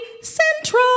Central